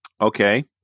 Okay